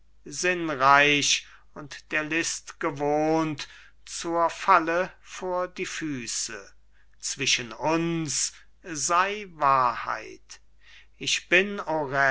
sinnreich und der list gewohnt zur falle vor die füße zwischen uns sei wahrheit ich bin